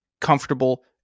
comfortable